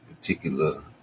Particular